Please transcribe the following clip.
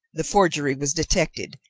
the forgery was detected,